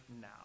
now